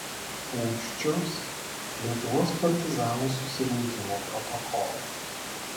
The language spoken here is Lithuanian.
pūščios lietuvos partizanų susirinkimo protokolas